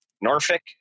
Norfolk